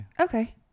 Okay